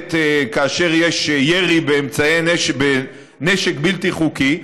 הניידת כאשר יש ירי בנשק בלתי חוקי,